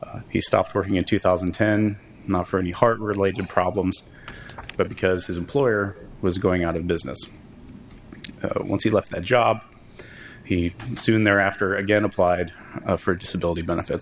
ten he stopped working in two thousand and ten not for any heart related problems but because his employer was going out of business when he left a job he soon thereafter again applied for disability benefits